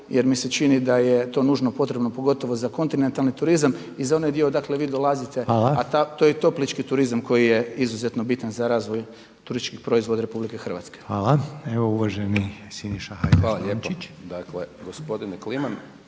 jer mi se čini da je to nužno potrebno pogotovo za kontinentalni turizam i za onaj dio, dakle vi dolazite, a to je toplički turizam koji je izuzetno bitan za razvoj turističkih proizvoda Republike Hrvatske. **Reiner, Željko (HDZ)** Hvala. Evo uvaženi Siniša Hajdaš Dončić. **Hajdaš Dončić, Siniša